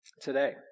Today